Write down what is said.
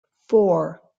four